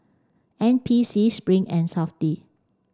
N P C Spring and SAFTI